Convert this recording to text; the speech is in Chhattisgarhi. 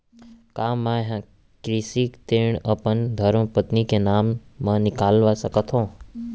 का मैं ह कृषि ऋण अपन धर्मपत्नी के नाम मा निकलवा सकथो?